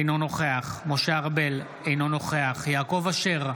אינו נוכח משה ארבל, אינו נוכח יעקב אשר,